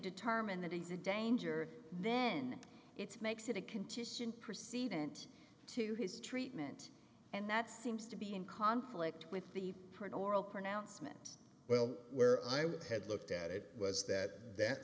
determine that he's a danger then it's makes it a contusion perceive int to his treatment and that seems to be in conflict with the part oral pronouncement well where i had looked at it was that that